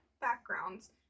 backgrounds